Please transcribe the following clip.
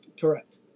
correct